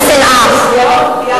חברי הכנסת.